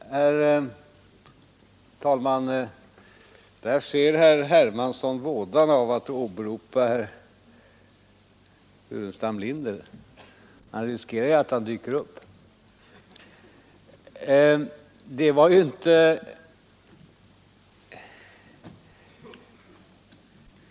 Herr talman! Där ser herr Hermansson vådan av att åberopa herr Burenstam Linder — man riskerar att han dyker upp! Försmädlighet?